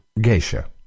Geisha